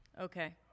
Okay